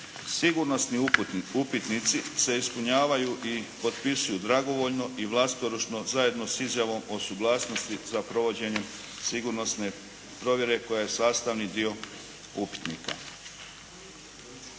Sigurnosni upitnici se ispunjavaju i potpisuju dragovoljno i vlastoručno zajedno s izjavom o suglasnosti za provođenje sigurnosne provjere koja je sastavni dio upitnika.